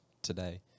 Today